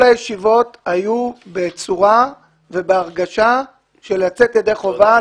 כל הישיבות היו בצורה ובהרגשה של לצאת ידי חובה,